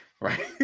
Right